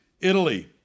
Italy